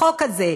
החוק הזה?